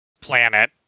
planet